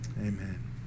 Amen